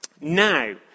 Now